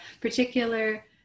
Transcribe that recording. particular